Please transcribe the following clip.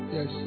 Yes